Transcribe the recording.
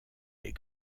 les